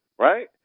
right